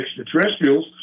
extraterrestrials